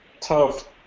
tough